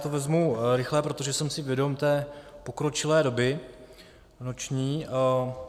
Já to vezmu rychle, protože jsem si vědom té pokročilé doby noční.